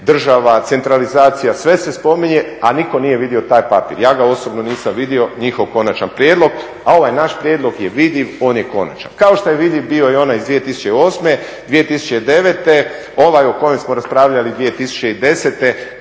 država, centralizacija sve se spominje, a nitko nije vidio taj papir. Ja ga osobno nisam vidio njihov konačan prijedlog, a ovaj naš prijedlog je vidljiv on je konačan kao što je vidljiv bio i onaj iz 20008., 2009.ovaj o kojem smo raspravljali 2010.kada